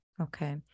okay